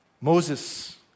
Moses